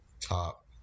top